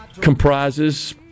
comprises